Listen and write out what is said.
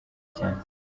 cyane